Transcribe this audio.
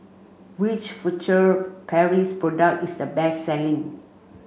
which Furtere Paris product is the best selling